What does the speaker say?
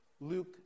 Luke